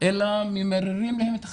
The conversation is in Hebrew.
אלא ממררים להם את החיים.